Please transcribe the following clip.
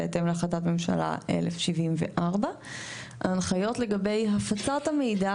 בהתאם להחלטת ממשלה 1,007. ההנחיות לגבי הפצת המידע